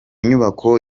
nyubako